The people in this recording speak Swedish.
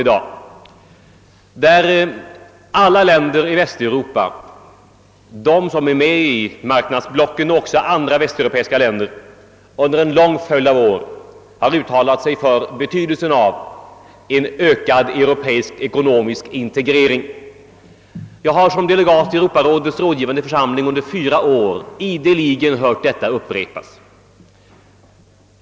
Alla västeuropeiska länder — både de som är med i marknadsblocken och andra — har betygat vikten av en ökad europeisk ekonomisk integrering. Som delegat i Europarådets rådgivande församling under fyra år har jag hört detta upprepas ideligen.